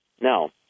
Now